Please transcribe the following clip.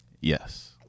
Yes